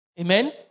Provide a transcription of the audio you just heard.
Amen